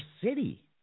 city